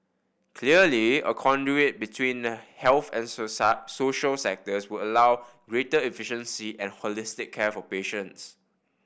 clearly a conduit between the health and social sectors would allow greater efficiency and holistic care for patients